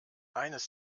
eines